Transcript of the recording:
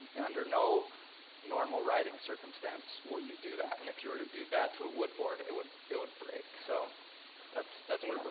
under no normal writing circumstance will you do that and if you were to do that to a wood board it would it would break. so that's that's what we